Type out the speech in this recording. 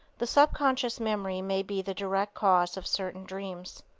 the subconscious memory may be the direct cause of certain dreams.